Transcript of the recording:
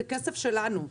זה כסף שלנו,